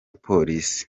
polisi